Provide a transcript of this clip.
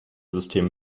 system